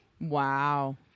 Wow